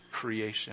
creation